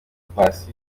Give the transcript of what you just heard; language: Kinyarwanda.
paccy